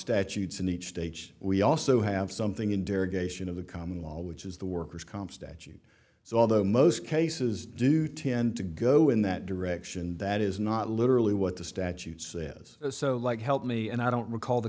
statutes in each stage we also have something in derogation of the common law which is the worker's comp statute so although most cases do tend to go in that direction that is not literally what the statute says so like help me and i don't recall the